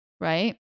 right